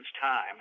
time